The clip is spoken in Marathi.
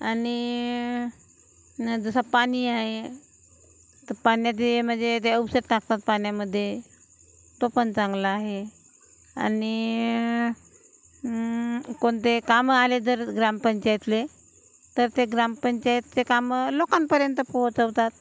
आणि नं जसं पाणी आहे तर पाण्यात ते म्हणजे ते औषध टाकतात पाण्यामध्ये तो पण चांगला आहे आणि कोणते कामं आले तर ग्रामपंचायतीला तर ते ग्रामपंचायतीचे कामं लोकांपर्यंत पोहोचवतात